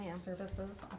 services